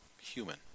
human